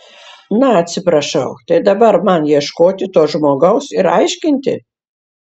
na atsiprašau tai dabar man ieškoti to žmogaus ir aiškinti